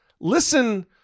Listen